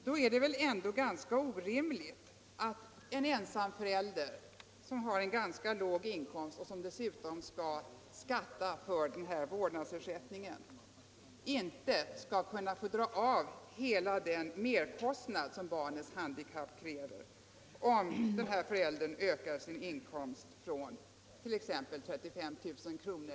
Då är det väl ändå orimligt att en ensamförälder, som har en ganska låg inkomst och som dessutom skall skatta för den här vårdnadsersättningen, inte skall kunna dra av hela den merkostnad som barnets handikapp kräver om denna förälder ökar sin inkomst från t.ex. 35 000 kr.